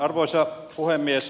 arvoisa puhemies